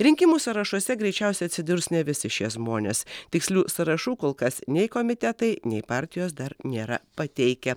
rinkimų sąrašuose greičiausiai atsidurs ne visi šie žmonės tikslių sąrašų kol kas nei komitetai nei partijos dar nėra pateikę